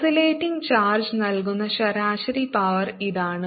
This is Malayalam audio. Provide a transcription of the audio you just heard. ഓസിലേറ്റിംഗ് ചാർജ് നൽകുന്ന ശരാശരി പവർ ഇതാണ്